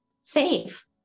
safe